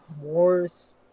wars